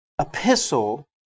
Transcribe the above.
epistle